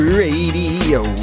radio